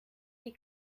die